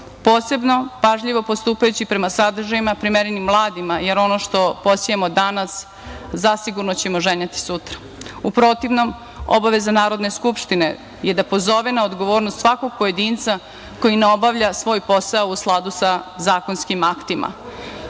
Srbije. Posebno, pažljivo postupajući prema sadržajima primerenim mladima, jer ono što posejemo danas, zasigurno ćemo žeti sutra. U protivnom, obaveza Narodne skupštine je da pozove na odgovornost svakog pojedinca koji ne obavlja svoj posao u skladu sa zakonskim aktima. Još